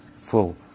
full